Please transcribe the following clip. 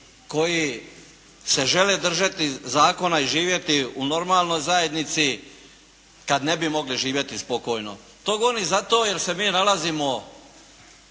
koji se žele držati zakona i živjeti u normalnoj zajednici, tada ne bi mogli živjeti spokojno. To govorim zato, jer se mi nalazimo,